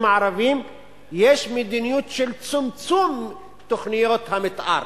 הערביים יש מדיניות של צמצום תוכניות המיתאר.